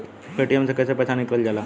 Paytm से कैसे पैसा निकलल जाला?